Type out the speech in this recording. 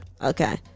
Okay